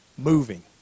Moving